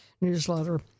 newsletter